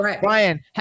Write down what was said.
Brian